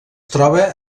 troba